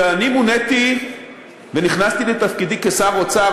כשאני מוניתי ונכנסתי לתפקידי כשר האוצר,